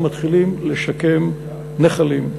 ומתחילים לשקם נחלים.